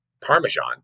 Parmesan